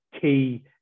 key